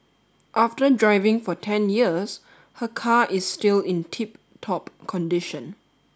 after driving for ten years her car is still in tip top condition